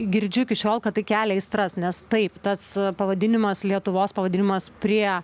girdžiu iki šiol kad tai kelia aistras nes taip tas pavadinimas lietuvos pavadinimas prie